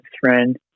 friend